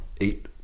eight